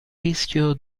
rischio